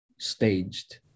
Staged